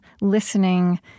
listening